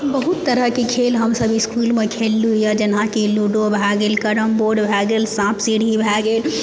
बहुत तरहके खेल हमसभ इसकुलमे खेललहुॅं यऽ जेनाकि लूडो भए गेल कैरमबोर्ड भए गेल साँप सीढ़ी भए गेल